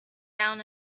down